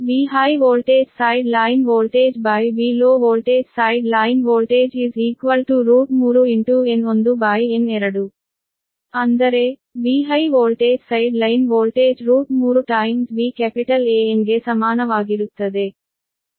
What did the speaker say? V high voltage side line voltage V low voltage side line voltage3 N1N2 ಅಂದರೆ V high voltage side line voltage 3 times VAn ಗೆ ಸಮಾನವಾಗಿರುತ್ತದೆ